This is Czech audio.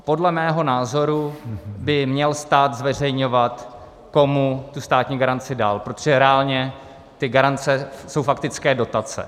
Podle mého názoru by měl stát zveřejňovat, komu tu státní garanci dal, protože reálně ty garance jsou faktické dotace.